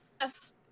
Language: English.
Yes